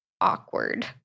awkward